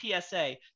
PSA